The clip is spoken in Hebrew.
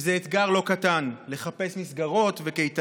זה אתגר לא קטן: לחפש מסגרות וקייטנות,